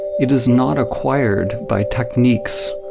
it is not acquired by techniques,